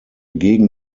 gegen